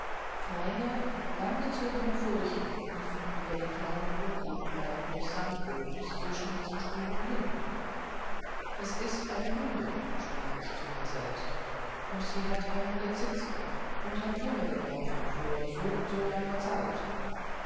feine langgezogene furchen liefen über die kleinen unebenheiten des sandbodens zwischen diesen spuren hin es ist eine hündin sprach ich zu mir selbst und sie hat hängende zitzen und hat junge geworfen vor so und so langer zeit